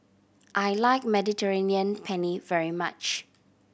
I like Mediterranean Penne very much